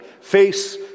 face